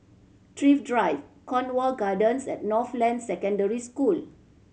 Thrift Drive Cornwall Gardens and Northland Secondary School